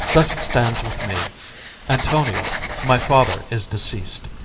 thus it stands with me antonio, my father, is deceas'd,